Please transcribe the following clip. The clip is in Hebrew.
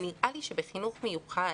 נראה לי שבחינוך המיוחד